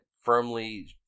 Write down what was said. firmly